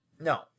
No